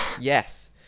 Yes